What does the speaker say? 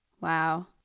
Wow